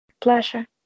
Pleasure